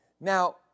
Now